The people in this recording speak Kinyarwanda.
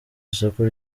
isoko